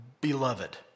beloved